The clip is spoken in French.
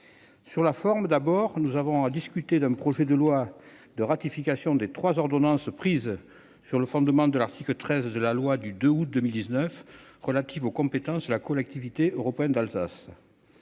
Sur la forme, tout d'abord, nous avons à discuter d'un projet de loi de ratification des trois ordonnances prises sur le fondement de l'article 13 de la loi du 2 août 2019 relative aux compétences de la CEA. Outre le